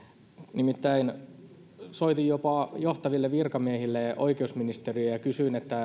nimittäin soitin jopa johtaville virkamiehille oikeusministeriöön ja kysyin